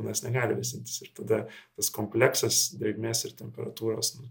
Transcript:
mes negalim vėsintis ir tada tas kompleksas drėgmės ir temperatūros